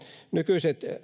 nykyiset